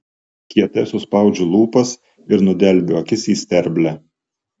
kietai suspaudžiu lūpas ir nudelbiu akis į sterblę